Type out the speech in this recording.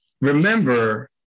remember